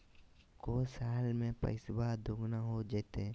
को साल में पैसबा दुगना हो जयते?